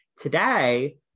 today